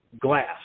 glass